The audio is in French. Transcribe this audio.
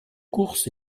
course